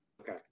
Okay